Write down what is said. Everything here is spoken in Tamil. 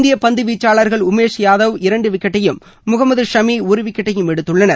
இந்திய பந்து வீச்சாளர்கள் உமேஷ் யாதவ் இரண்டு விக்கெட்டையும் மொகமது ஷமி ஒரு விக்கெட்டையும் எடுத்துள்ளனர்